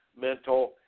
mental